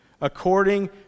according